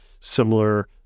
similar